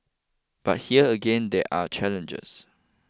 but here again there are challenges